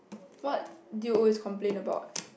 what do you always complain about